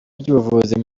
by’ubuvuzi